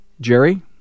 Jerry